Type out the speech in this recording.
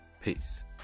peace